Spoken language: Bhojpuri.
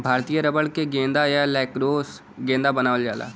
भारतीय रबर क गेंदा या लैक्रोस गेंदा बनावल जाला